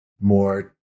more